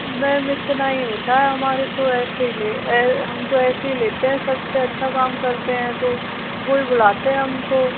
ma'am इतना ही होता है हमारे तो ऐसे ही ले हम तो ऐसे ही लेते हैं सब से अच्छा करते हैं तो वही बुलाते हैं हम को